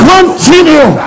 Continue